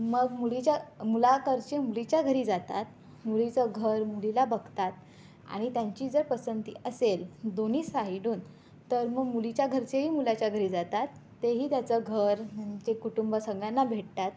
मग मुलीच्या मुलाकडचे मुलीच्या घरी जातात मुलीचं घर मुलीला बघतात आणि त्यांची जर पसंती असेल दोन्ही साईडहून तर मग मुलीच्या घरचेही मुलाच्या घरी जातात ते ही त्याचं घर म्हणजे कुटुंब सगळ्यांना भेटतात